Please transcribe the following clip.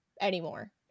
anymore